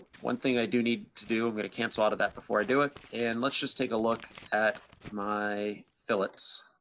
one thing i do need to do, i'm gonna cancel out of that before i do it. and let's just take a look at my philips.